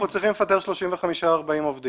עובד